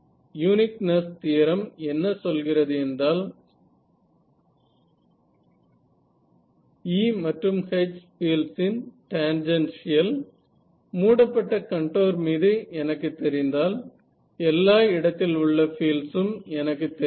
uniqueness theorem என்ன சொல்கிறது என்றால் E மற்றும் H பீல்ட்ஸ் இன் டான்ஜென்ஷியல் மூடப்பட்ட கன்டோர் மீது எனக்கு தெரிந்தால் எல்லா இடத்தில் உள்ள பீல்ட்ஸ் உம் எனக்கு தெரியும்